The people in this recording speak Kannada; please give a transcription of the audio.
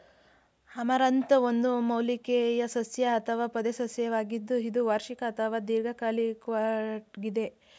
ಅಮರಂಥ್ ಒಂದು ಮೂಲಿಕೆಯ ಸಸ್ಯ ಅಥವಾ ಪೊದೆಸಸ್ಯವಾಗಿದ್ದು ಇದು ವಾರ್ಷಿಕ ಅಥವಾ ದೀರ್ಘಕಾಲಿಕ್ವಾಗಿದೆ